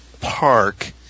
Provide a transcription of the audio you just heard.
park